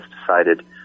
decided